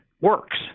works